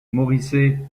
moricet